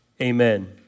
amen